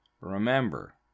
Remember